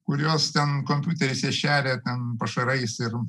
kurias ten kompiuteriuose šeria ten pašarais ir